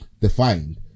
defined